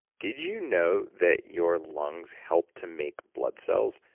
did you know that your lungs help to make blood cells?